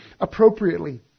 appropriately